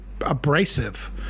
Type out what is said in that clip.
abrasive